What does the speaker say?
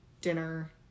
dinner